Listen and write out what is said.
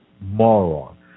moron